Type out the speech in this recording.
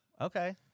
Okay